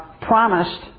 promised